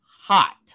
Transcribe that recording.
hot